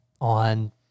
on